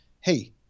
hey